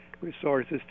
resources